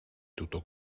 tutto